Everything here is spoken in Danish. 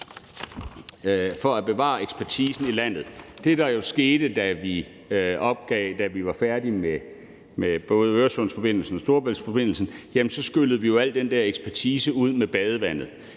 for at bevare ekspertisen i landet. Det, der jo skete, da vi var færdige med både Øresundsforbindelsen og Storebæltsforbindelsen, var, at så skyllede vi jo al den ekspertise ud med badevandet.